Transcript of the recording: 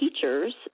teachers